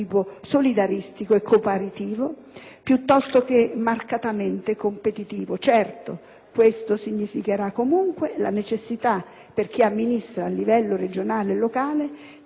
piuttosto che marcatamente competitivo. Certo, questo significherà comunque la necessità, per chi amministra a livello regionale e locale, di superare una mentalità vecchia,